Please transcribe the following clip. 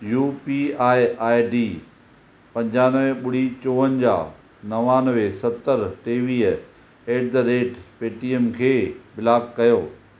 U P I I D पंजानवे ॿुड़ी चोवंजाहु नवानवे सतरि टेवीह एड द रेट पेटीएम खे ब्लॉक कयो